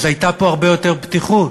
אז הייתה פה הרבה יותר פתיחות.